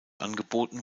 angeboten